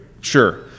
Sure